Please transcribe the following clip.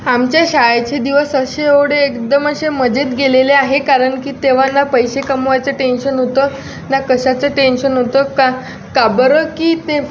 आमच्या शाळेचे दिवस असे एवढे एकदम असे मजेत गेलेले आहे कारण की तेव्हा ना पैसे कमवायचं टेन्शन होतं ना कशाचं टेन्शन होतं का का बरं की ते